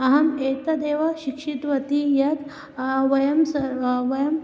अहम् एतदेव शिक्षितवती यत् वयं सर् वयम्